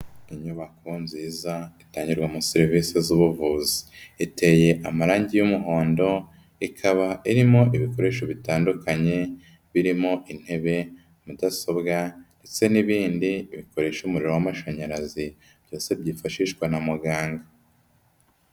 Inyubako nziza itangirwamo serivisi z'ubuvuzi. Iteye amarangi y'umuhondo, ikaba irimo ibikoresho bitandukanye, birimo: intebe, mudasobwa ndetse n'ibindi bikoresha umuriro w'amashanyarazi, byose byifashishwa na muganga.